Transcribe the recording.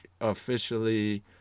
officially